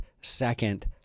second